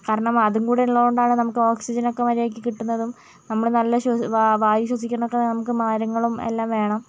കാരണം അതുംകൂടി ഉള്ളതുകൊണ്ടാണ് നമുക്ക് ഓക്സിജൻ ഒക്കെ മര്യാദയ്ക്കു കിട്ടുന്നതും നമ്മൾ നല്ല വായു ശ്വസിക്കാനൊക്കെ നമുക്ക് മരങ്ങളും എല്ലാം വേണം